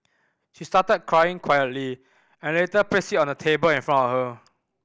she started crying quietly and later placed it on the table in front of her